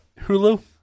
Hulu